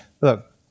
Look